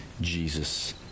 Jesus